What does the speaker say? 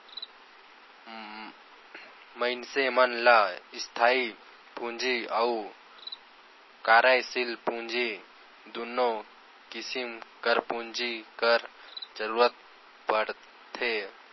मइनसे मन ल इस्थाई पूंजी अउ कारयसील पूंजी दुनो किसिम कर पूंजी कर जरूरत परथे